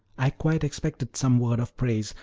i quite expected some word of praise,